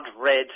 red